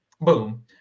boom